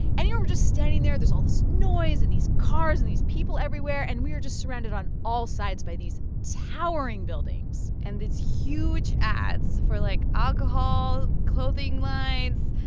and you know, we're just standing there. there's all this noise and these cars and these people everywhere. and we are just surrounded on all sides by these towering buildings and these huge ads for, like, alcohol, clothing lines,